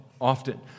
often